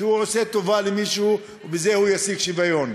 הוא עושה טובה למישהו ובזה הוא ישיג שוויון.